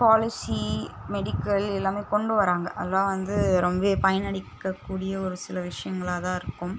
policy medical எல்லாமே கொண்டு வராங்கள் அதெலாம் வந்து ரொம்பவே பயனளிக்கக்கூடிய ஒரு சில விஷயங்களா தான் இருக்கும்